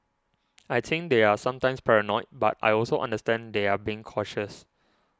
I think they're sometimes paranoid but I also understand they're being cautious